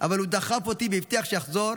אבל הוא דחף אותי והבטיח שיחזור.